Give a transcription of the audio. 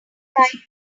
right